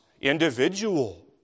individual